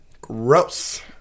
Gross